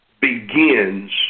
begins